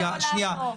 סיימתי.